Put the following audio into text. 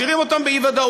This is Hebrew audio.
משאירים אותם באי-ודאות.